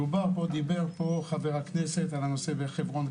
דיבר פה חבר הכנסת על הנושא בחברון,